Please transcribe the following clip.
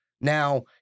Now